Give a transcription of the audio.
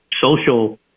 social